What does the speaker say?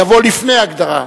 יבוא לפני ההגדרה.